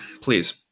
Please